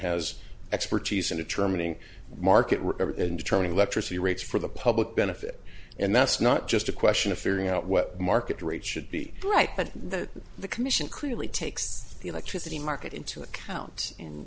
has expertise in determining market recovery in determining electricity rates for the public benefit and that's not just a question of figuring out what market rate should be bright but that the commission clearly takes the electricity market into account in